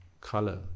color